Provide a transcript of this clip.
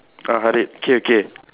uh Harid okay okay